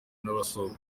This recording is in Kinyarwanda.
n’abasohoka